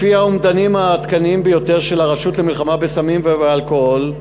לפי האומדנים העדכניים ביותר של הרשות למלחמה בסמים ובאלכוהול,